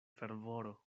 fervoro